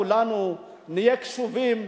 לכולנו: נהיה קשובים,